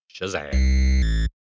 Shazam